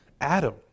Adam